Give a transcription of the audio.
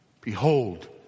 Behold